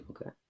Okay